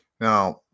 Now